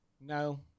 no